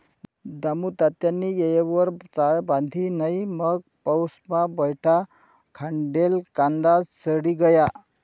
दामुतात्यानी येयवर चाळ बांधी नै मंग पाऊसमा बठा खांडेल कांदा सडी गया